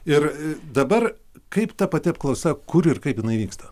ir dabar kaip ta pati apklausa kur ir kaip jinai vyksta